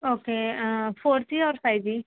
okay four G or five G